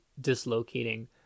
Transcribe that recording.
dislocating